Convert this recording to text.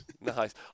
Nice